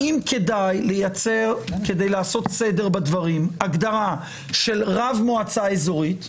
האם כדאי כדי לעשות סדר בדברים לייצר הגדרה של רב מועצה אזורית,